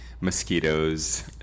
mosquitoes